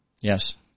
Yes